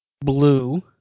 blue